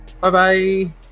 Bye-bye